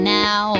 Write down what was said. now